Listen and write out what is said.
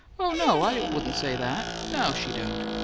oh, no i wouldn't say that. no, she don't,